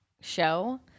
show